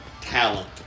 talent